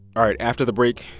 all right, after the break,